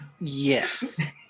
Yes